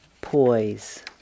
poise